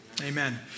amen